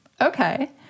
okay